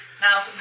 Now